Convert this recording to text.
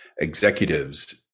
executives